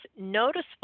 noticeable